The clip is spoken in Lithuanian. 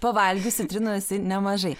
pavalgius citrinų esi nemažai